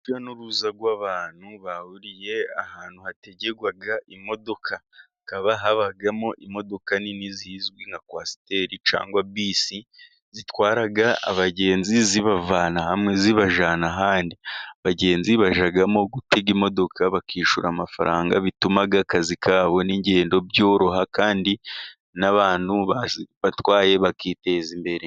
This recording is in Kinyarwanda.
Urujya n'uruza rw'abantu bahuriye ahantu hategegwa imodoka hakaba habamo imodoka nini zizwi nka kwasiteri cyangwa bisi zitwaraga abagenzi zibavana hamwe zibajana ahandi. Abagenzi bajyamo gutega imodoka bakishura amafaranga bituma akazi kabo n'ingendo byoroha kandi n'abantu batwaye bakiteza imbere.